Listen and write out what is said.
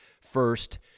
first